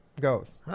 goes